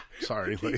sorry